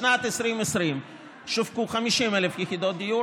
בשנת 2020 שווקו 50,000 יחידות דיור